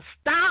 stop